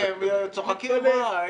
בעצם אני לא יכול לדבר על להזדקן בכבוד,